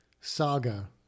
saga